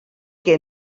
que